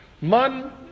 Man